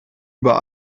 über